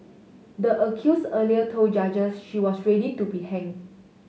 the accuse earlier told judges she was ready to be heng